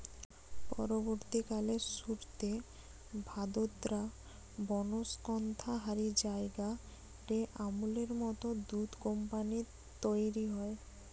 পরবর্তীকালে সুরতে, ভাদোদরা, বনস্কন্থা হারি জায়গা রে আমূলের মত দুধ কম্পানী তইরি হয়